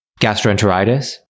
gastroenteritis